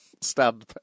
stand